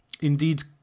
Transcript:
Indeed